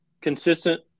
consistent